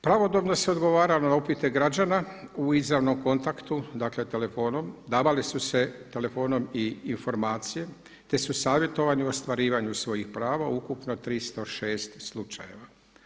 Pravodobno se odgovaralo na upite građana u izravnom kontaktu, dakle telefonom, davali su se telefonom i informacije te su savjetovani o ostvarivanju svojih prava ukupno 306 slučajeva.